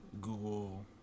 google